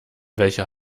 welcher